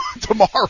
Tomorrow